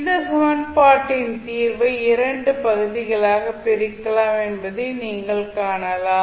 இந்த சமன்பாட்டின் தீர்வை இரண்டு பகுதிகளாகப் பிரிக்கலாம் என்பதை நீங்கள் காணலாம்